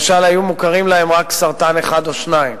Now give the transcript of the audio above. למשל, היו מוכרים להם רק סוג סרטן אחד או שניים.